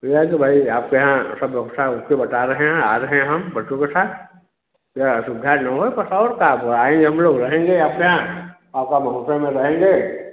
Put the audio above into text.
ई है तो भाई आपके यहाँ सब व्यवस्था उसको बता रहे हैं आ रहें हम बच्चों के साथ कोई असुविधा न हो बस और क्का अब आएँगे हम लोग रहेंगे अपना आपका महोत्सव में रहेंगे